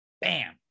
bam